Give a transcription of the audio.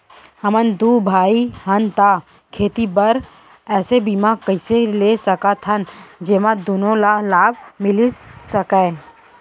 हमन दू भाई हन ता खेती बर ऐसे बीमा कइसे ले सकत हन जेमा दूनो ला लाभ मिलिस सकए?